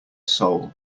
soul